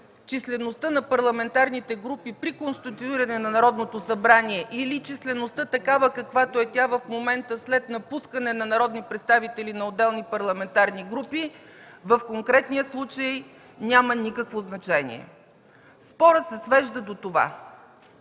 числеността на парламентарните групи при конституиране на Народното събрание или числеността, каквато е тя в момента, след напускането на народни представители на отделни парламентарни групи, в конкретния случай няма никакво значение. Спорът се свежда до това.